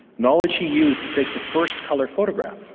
knowledge he used to take the first colour photograph.